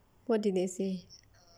what did they say